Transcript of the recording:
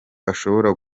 ashobora